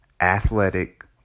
athletic